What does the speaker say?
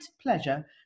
pleasure